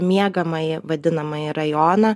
miegamąjį vadinamąjį rajoną